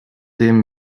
dem